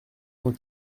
cent